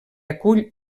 acull